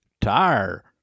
Tire